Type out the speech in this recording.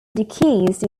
deceased